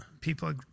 People